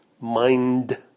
Mind